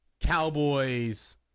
Cowboys